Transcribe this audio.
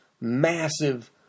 massive